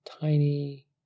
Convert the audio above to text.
tiny